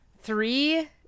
three